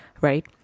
right